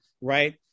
right